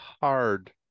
hard